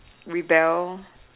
rebel